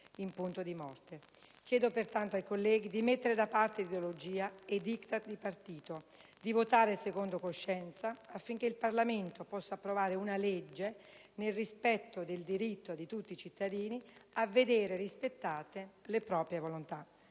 in punto di morte. Chiedo, pertanto, ai colleghi di mettere da parte l'ideologia e i *diktat* di partito e di votare secondo coscienza, affinché il Parlamento possa approvare un disegno di legge che salvaguardi il diritto di tutti i cittadini a vedere rispettate le proprie volontà.